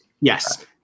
Yes